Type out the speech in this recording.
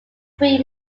three